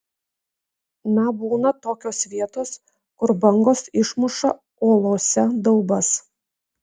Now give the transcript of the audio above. na būna tokios vietos kur bangos išmuša uolose daubas